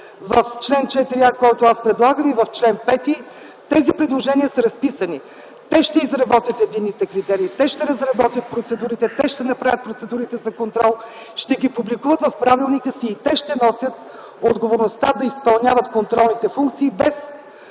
в чл. 4а, който аз предлагам, и в чл. 5 тези предложения са разписани. Те ще изработят единните критерии, те ще разработят процедурите, те ще направят процедурите за контрол, ще ги публикуват в правилника си и те ще носят отговорността да изпълняват контролните функции без